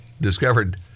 discovered